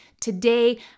today